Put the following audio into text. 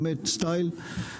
באמת סטייל,